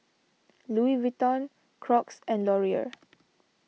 Louis Vuitton Crocs and Laurier